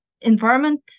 environment